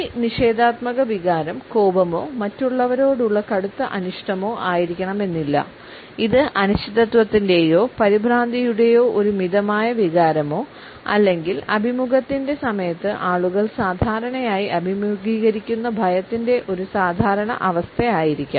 ഈ നിഷേധാത്മക വികാരം കോപമോ മറ്റുള്ളവരോടുള്ള കടുത്ത അനിഷ്ടമോ ആയിരിക്കണമെന്നില്ല ഇത് അനിശ്ചിതത്വത്തിന്റെയോ പരിഭ്രാന്തിയുടെയോ ഒരു മിതമായ വികാരമോ അല്ലെങ്കിൽ അഭിമുഖത്തിന്റെ സമയത്ത് ആളുകൾ സാധാരണയായി അഭിമുഖീകരിക്കുന്ന ഭയത്തിന്റെ ഒരു സാധാരണ അവസ്ഥയായിരിക്കാം